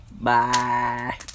Bye